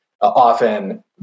often